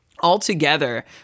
Altogether –